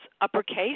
uppercase